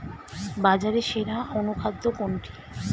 বাজারে সেরা অনুখাদ্য কোনটি?